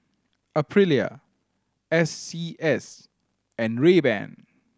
Aprilia S C S and Rayban